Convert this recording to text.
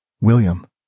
William